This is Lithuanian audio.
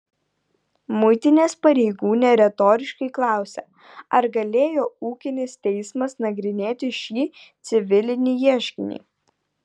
muitinės pareigūnė retoriškai klausia ar galėjo ūkinis teismas nagrinėti šį civilinį ieškinį